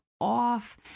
off